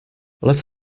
let